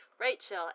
Rachel